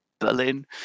Berlin